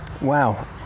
wow